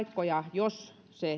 jos